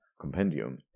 Compendium